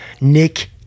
Nick